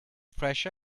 fresh